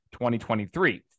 2023